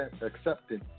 acceptance